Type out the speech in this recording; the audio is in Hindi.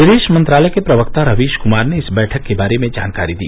विदेश मंत्रालय के प्रवक्ता रवीश कुमार ने इस बैठक के बारे में जानकारी दी